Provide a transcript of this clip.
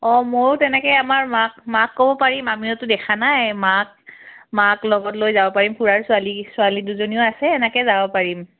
অঁ ময়ো তেনেকৈ আমাৰ মাক মাক ক'ব পাৰিম মায়েতো দেখা নাই মাক মাক লগত লৈ যাব পাৰিম খুৰাৰ ছোৱালী ছোৱালী দুজনীও আছে এনেকৈ যাব পাৰিম